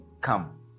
come